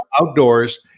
Outdoors